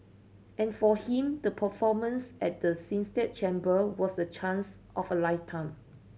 and for him the performance at the Sistine Chapel was the chance of a lifetime